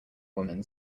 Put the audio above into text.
woman